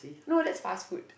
no that's fast food